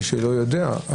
למי שלא יודע,